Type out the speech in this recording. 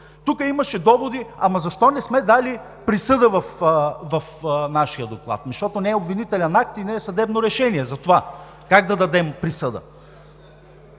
Тук имаше доводи: защо не сме дали присъда в нашия доклад? Защото не е обвинителен акт и не е съдебно решение – затова. Как да дадем присъда?